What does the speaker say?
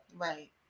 right